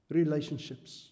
relationships